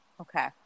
Okay